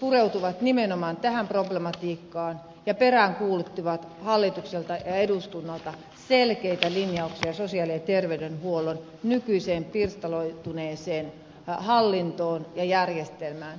pureutuivat nimenomaan tähän problematiikkaan ja peräänkuuluttivat hallitukselta ja eduskunnalta selkeitä linjauksia sosiaali ja terveydenhuollon nykyiseen pirstaloituneeseen hallintoon ja järjestelmään